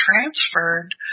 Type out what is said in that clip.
transferred